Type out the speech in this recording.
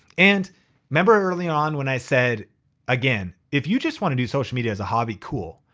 and remember early on when i said again, if you just wanna do social media as a hobby, cool.